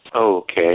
Okay